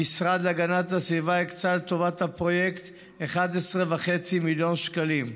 המשרד להגנת הסביבה הקצה לטובת הפרויקט 11.5 מיליון שקלים,